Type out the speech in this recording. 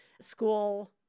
school